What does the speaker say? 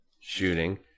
shooting